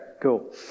Cool